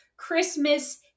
Christmas